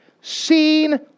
seen